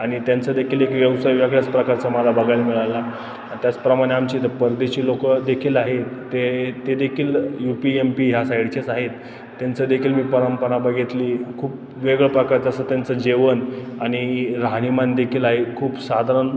आणि त्यांचं देखील एक व्यवसाय वेगळ्याच प्रकारचा मला बघायला मिळाला त्याचप्रमाणे आमच्या इथं परदेशी लोक देखील आहेत ते ते देखील यू पी एम पी ह्या साईडचेच आहेत त्यांचं देखील मी परंपरा बघितली खूप वेगळं प्रकार जसं त्यांचं जेवण आणि राहणीमानदेखील आहे खूप साधारण